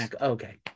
Okay